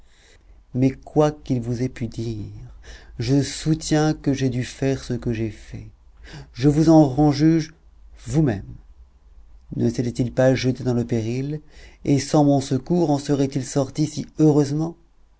mais quoi qu'il vous ait pu dire je soutiens que j'ai dû faire ce que j'ai fait je vous en rends juges vous-mêmes ne s'était-il pas jeté dans le péril et sans mon secours en serait-il sorti si heureusement